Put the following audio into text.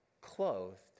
clothed